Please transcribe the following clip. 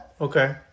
Okay